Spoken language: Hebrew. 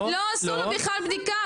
לא עשו לו בכלל בדיקה.